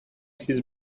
his